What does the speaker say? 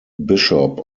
bishop